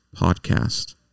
podcast